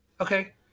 okay